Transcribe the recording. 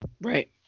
Right